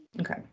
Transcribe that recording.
okay